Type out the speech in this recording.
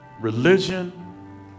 Religion